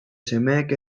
semeek